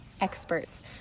experts